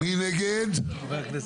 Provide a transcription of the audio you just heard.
מי נגד?